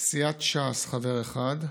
סיעת ש"ס, חבר אחד,